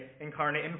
incarnate